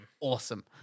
awesome